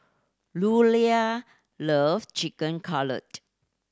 Louella love Chicken Cutlet